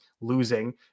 losing